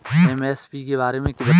MSP के बारे में बतायें?